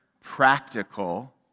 practical